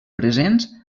presents